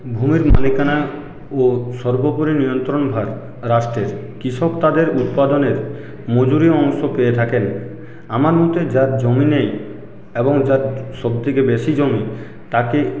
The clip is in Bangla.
ভুল মালিকানা ও সর্বোপরি নিয়ন্ত্রণ ভার রাষ্ট্রের কৃষক তাদের উৎপাদনের মজুরি অংশ পেয়ে থাকেন আমার মতে যার জমি নেই এবং যার সব থেকে বেশি জমি তাকে